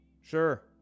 Sure